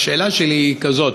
השאלה שלי היא כזאת: